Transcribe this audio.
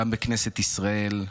גם בכנסת ישראל,